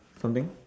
something